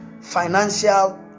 financial